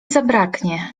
zbraknie